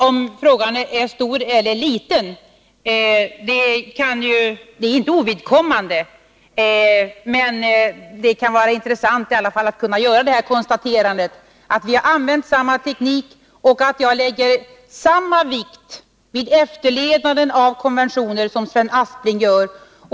Om frågan är stor eller liten är visserligen inte ovidkommande, men det kan vara intressant att göra det konstaterandet att vi har använt samma teknik och att jag lägger samma vikt vid efterlevnaden av konventioner som Sven Aspling gör.